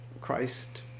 Christ